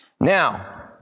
Now